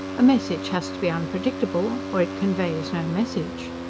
a message has to be unpredictable or it conveys no message.